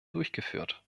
durchgeführt